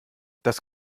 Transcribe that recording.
das